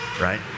right